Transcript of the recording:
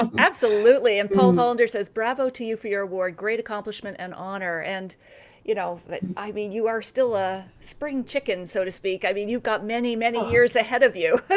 um absolutely, and paul hollander says, bravo to you for your award. great accomplishment and honor. but and you know like i mean you are still a spring chicken so to speak. i mean you've got many, many years ahead of you.